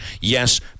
yes